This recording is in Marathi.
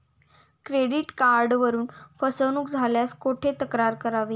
क्रेडिट कार्डवरून फसवणूक झाल्यास कुठे तक्रार करावी?